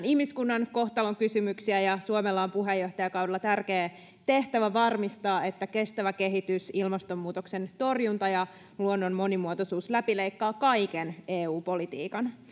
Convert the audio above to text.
ihmiskunnan kohtalonkysymyksiä ja suomella on puheenjohtajakaudella tärkeä tehtävä varmistaa että kestävä kehitys ilmastonmuutoksen torjunta ja luonnon monimuotoisuus läpileikkaavat kaiken eu politiikan